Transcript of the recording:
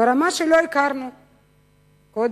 ברמה שלא הכרנו קודם.